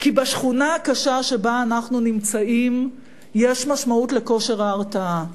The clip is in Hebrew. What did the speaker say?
כי בשכונה הקשה שבה אנחנו נמצאים יש משמעות לכושר ההרתעה.